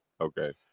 Okay